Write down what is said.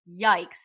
Yikes